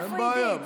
איפה עידית?